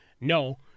No